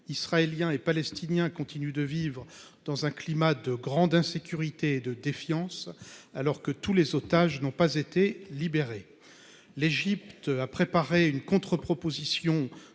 Israéliens et Palestiniens continuent de vivre dans un climat de grande insécurité et de défiance, alors que tous les otages n’ont pas été libérés. L’Égypte a préparé une contre proposition,